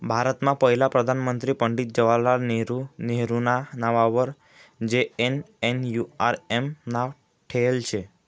भारतमा पहिला प्रधानमंत्री पंडित जवाहरलाल नेहरू नेहरूना नाववर जे.एन.एन.यू.आर.एम नाव ठेयेल शे